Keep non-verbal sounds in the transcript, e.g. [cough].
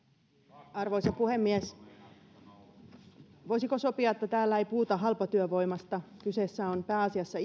arvoisa puhemies voisiko sopia että täällä ei puhuta halpatyövoimasta kyse on pääasiassa [unintelligible]